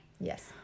Yes